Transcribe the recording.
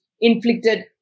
inflicted